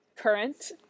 current